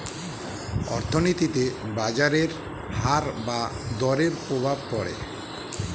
অর্থনীতিতে বাজারের হার বা দরের প্রভাব পড়ে